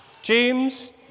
James